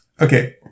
okay